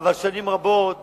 אבל היו שנים רבות